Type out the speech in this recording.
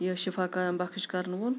یہِ شِفاع قایِم بَخٕش کَرنہٕ وول